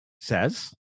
says